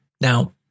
Now